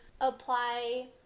apply